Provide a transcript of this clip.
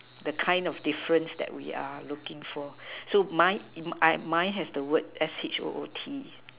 the kind of difference that we are looking for so mine mine have the word S H O O T